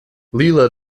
leela